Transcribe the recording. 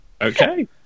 Okay